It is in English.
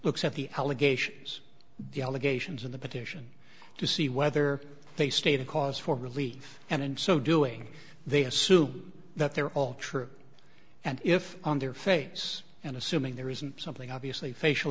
looks at the allegations the allegations in the petition to see whether they state a cause for relief and in so doing they assume that they're all true and if on their face and assuming there isn't something obviously facial